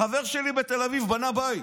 חבר שלי בתל אביב בנה בית,